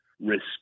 risk